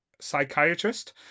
psychiatrist